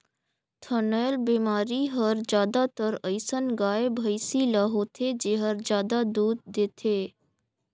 थनैल बेमारी हर जादातर अइसन गाय, भइसी ल होथे जेहर जादा दूद देथे